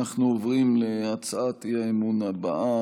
אנחנו עוברים להצעת האי-אמון הבאה,